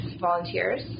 volunteers